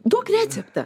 duok receptą